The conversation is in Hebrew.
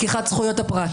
לקיחת זכויות הפרט.